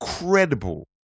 incredible